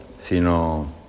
sino